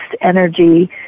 energy